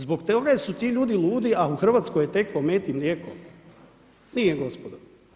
Zbog toga jer su ti ljudi ludi, a u Hrvatskoj je teklo med i mlijeko, nije gospodo.